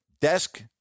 desk